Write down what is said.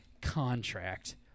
contract